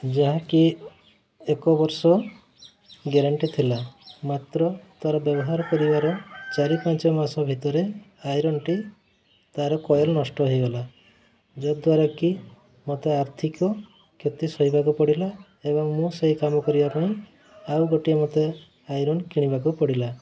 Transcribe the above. ଯାହାକି ଏକ ବର୍ଷ ଗ୍ୟାରେଣ୍ଟି ଥିଲା ମାତ୍ର ତା'ର ବ୍ୟବହାର କରିବାର ଚାରି ପାଞ୍ଚ ମାସ ଭିତରେ ଆଇରନ୍ଟି ତା'ର କଏଲ୍ ନଷ୍ଟ ହେଇଗଲା ଯାହାଦ୍ୱାରା କି ମୋତେ ଆର୍ଥିକ କ୍ଷତି ସହିବାକୁ ପଡ଼ିଲା ଏବଂ ମୁଁ ସେଇ କାମ କରିବା ପାଇଁ ଆଉ ଗୋଟିଏ ମୋତେ ଆଇରନ୍ କିଣିବାକୁ ପଡ଼ିଲା